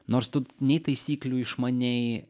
nors tu nei taisyklių išmanei